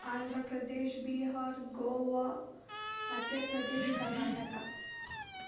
Andhra Pradesh Bihar Goa Madhya Pradesh Karnataka